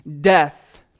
death